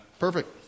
Perfect